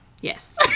Yes